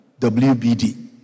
WBD